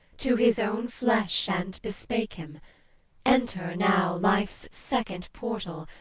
to his own flesh, and bespake him enter now life's second portal,